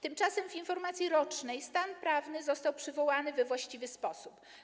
Tymczasem w informacji rocznej stan prawny został przywołany we właściwy sposób.